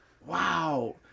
wow